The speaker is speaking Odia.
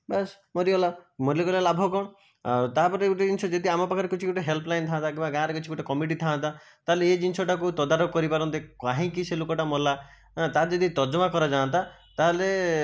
ବାସ ମରିଗଲା ମରିଗଲେ ଲାଭ କଣ ଆଉ ତା ପରେ ଗୋଟିଏ ଜିନିଷ ଯଦି ଆମ ପାଖରେ କିଛି ଗୋଟିଏ ହେଲ୍ପ ଲାଇନ୍ ଥାନ୍ତା କିମ୍ବା ଗାଁରେ କିଛି ଗୋଟିଏ କମିଟି ଥାନ୍ତା ତା ହେଲେ ଏ ଜିନିଷଟାକୁ ତଦାରଖ କରି ପାରନ୍ତେ କାହିଁକି ସେ ଲୋକଟା ମଲା ହାଁ ତା'ର ଯଦି ତର୍ଜମା କରାଯାଆନ୍ତା ତା ହେଲେ ଉଁ